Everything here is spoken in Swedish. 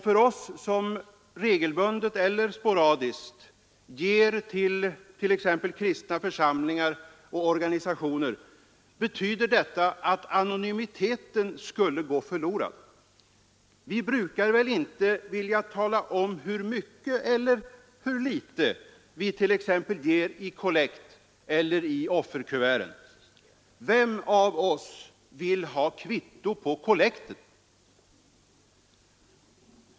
För oss som regelbundet eller sporadiskt ger till kristna församlingar eller till organisationer betyder detta att anonymiteten skulle gå förlorad. Vi brukar väl inte vilja tala om hur mycket eller hur litet vi ger t.ex. i kollekt eller i offerkuverten. Vem av oss vill ha kvitto på kollekten?